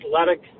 athletic